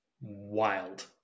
wild